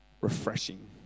refreshing